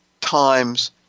times